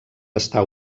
està